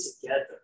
together